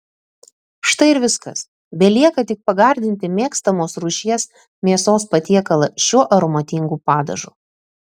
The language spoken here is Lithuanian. štai ir viskas belieka tik pagardinti mėgstamos rūšies mėsos patiekalą šiuo aromatingu padažu